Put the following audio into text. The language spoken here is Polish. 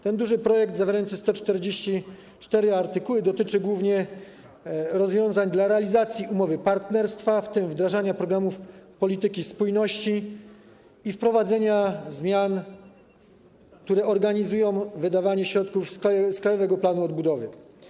Ten duży projekt zawierający 144 artykuły dotyczy głównie rozwiązań w zakresie realizacji umowy partnerstwa, w tym wdrażania programów polityki spójności i wprowadzenia zmian, które organizują wydawanie środków z Krajowego Planu Odbudowy.